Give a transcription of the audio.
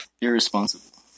Irresponsible